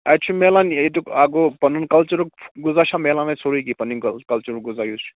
اتہِ چھُ میلان ییٚتیُک اَکھ گوٚو پَنُن کَلچَرُک فُہ غٕذا چھا میلان اتہِ سورُے کیٚنٛہہ پَنٕنۍ کَلچَرُک غٕذا یُس چھُ